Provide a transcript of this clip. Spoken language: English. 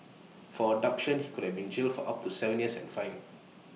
for abduction he could have been jailed for up to Seven years and fined